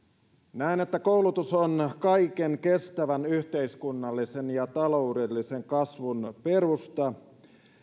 näen että koulutus on kaiken kestävän yhteiskunnallisen ja taloudellisen kasvun perusta